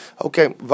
Okay